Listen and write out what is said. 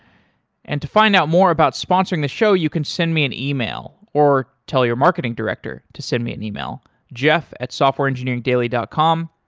and to find out more about sponsoring the show, you can send me an email or tell your marketing director to send me an email, jeff at softwareengineering dot com.